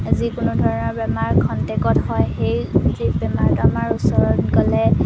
যিকোনো ধৰণৰ বেমাৰ খন্তেকত হয় সেই যি বেমাৰটো আমাৰ ওচৰত গ'লে